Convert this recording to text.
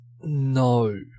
No